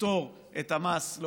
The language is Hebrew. לפטור ממס על התגמול הנוסף,